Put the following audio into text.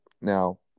Now